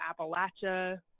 Appalachia